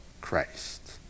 Christ